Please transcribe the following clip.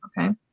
okay